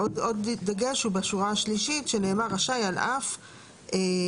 דגש נוסף הוא בזה שנאמר: על אף האמור